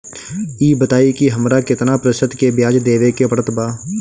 ई बताई की हमरा केतना प्रतिशत के ब्याज देवे के पड़त बा?